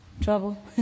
trouble